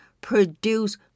produce